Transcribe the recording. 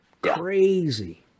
Crazy